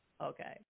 Okay